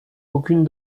aucune